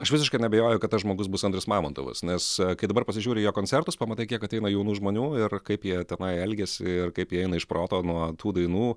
aš visiškai neabejoju kad tas žmogus bus andrius mamontovas nes kai dabar pasižiūri į jo koncertus pamatai kiek ateina jaunų žmonių ir kaip jie tenai elgiasi ir kaip jie eina iš proto nuo tų dainų